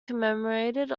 commemorated